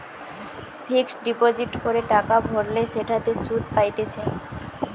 fixed deposit করে টাকা ভরলে সেটাতে সুধ পাইতেছে